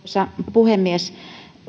puhemies